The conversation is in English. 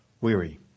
weary